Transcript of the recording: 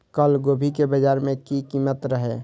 कल गोभी के बाजार में की कीमत रहे?